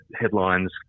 headlines